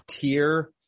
tier